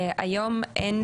היום אין